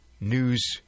news